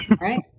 Right